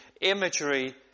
imagery